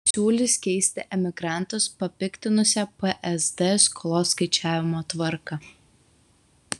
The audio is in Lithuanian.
siūlys keisti emigrantus papiktinusią psd skolos skaičiavimo tvarką